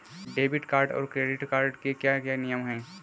Debit card और credit card के क्या क्या नियम हैं?